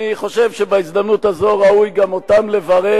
אני חושב שבהזדמנות הזאת ראוי גם אותם לברך,